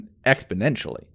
exponentially